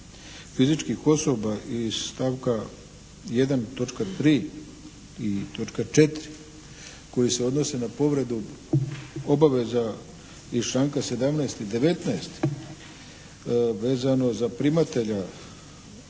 fizičkih osoba iz stavka 1. točka 3. i točka 4. koje se odnose na povredu obaveza iz članka 17. i 19. vezano za primatelja obaveze